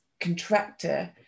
contractor